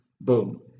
boom